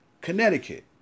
Connecticut